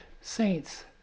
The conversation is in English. saints